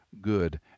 good